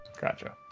Gotcha